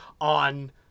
on